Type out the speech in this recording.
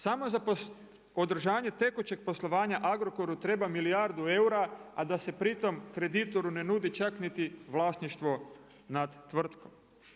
Samo za održanje tekućeg poslovanja Agrokoru treba milijardu eura, a da se pritom kreditoru ne nudi čak niti vlasništvo nad tvrtkom.